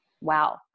wow